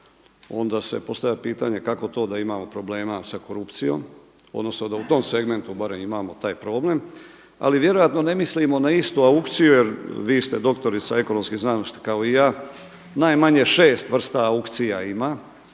onda se postavlja pitanje kako to da imamo problema sa korupcijom, odnosno da u tom segmentu barem imamo taj problem ali vjerojatno ne mislimo na istu aukciju jer vi ste doktorica ekonomskih znanosti kao i ja, najmanje šest vrsta aukcija ima